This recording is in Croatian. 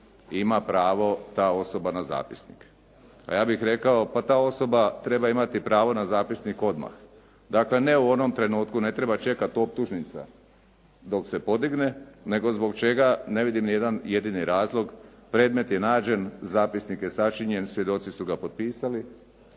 ima pravo ta osoba na zapisnik. A ja bih rekao pa ta osoba treba imati pravo na zapisnik odmah. Dakle, ne u onom trenutku, ne treba čekati optužnica dok se podigne, nego zbog čega ne vidim ni jedan jedini razlog, predmet je nađen, zapisnik je sačinjen, svjedoci su ga potpisali,